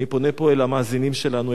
אני פונה פה אל המאזינים שלנו,